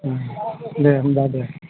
दे होनबा दे